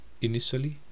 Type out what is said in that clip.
initially